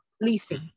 leasing